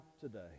today